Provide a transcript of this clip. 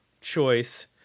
choice